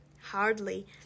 Hardly